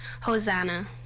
Hosanna